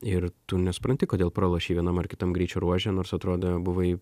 ir tu nesupranti kodėl pralošei vienam ar kitam greičio ruože nors atrodė buvai